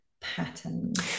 patterns